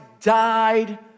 died